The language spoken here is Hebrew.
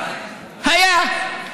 הייתה.